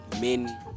men